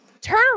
turn